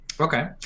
Okay